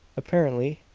apparently.